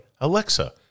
Alexa